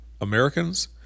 Americans